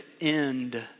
end